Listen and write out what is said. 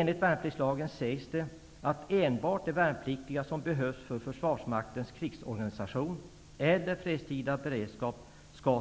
Enligt värnpliktslagen skall enbart de värnpliktiga som behövs för försvarsmaktens krigsorganisation och fredstida beredskap